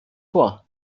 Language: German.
vor